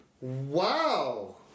Wow